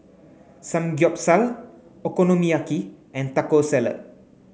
Samgyeopsal Okonomiyaki and Taco Salad